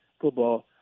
football